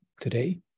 today